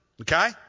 Okay